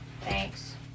Thanks